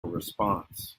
response